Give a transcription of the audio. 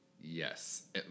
Yes